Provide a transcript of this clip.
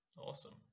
Awesome